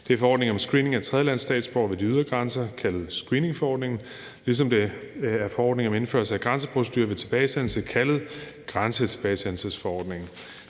Det er forordningen med screening af tredjelandsstatsborgere ved de ydre grænser, kaldet screeningforordningen, ligesom det er forordningen om indførelse af grænseprocedure ved tilbagesendelse, kaldet grænsetilbagesendelsesforordningen.